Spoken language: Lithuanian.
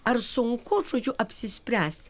ar sunku žodžiu apsispręst